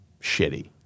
shitty